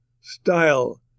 style